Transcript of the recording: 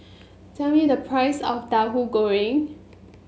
tell me the price of Tauhu Goreng